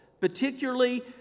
particularly